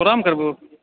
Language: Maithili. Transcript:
प्रोग्राम करबु